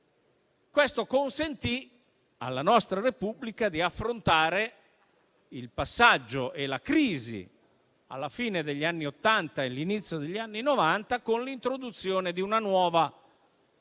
Questo consentì alla nostra Repubblica di affrontare il passaggio e la crisi alla fine degli anni Ottanta e all'inizio degli anni Novanta, con l'introduzione di una nuova legge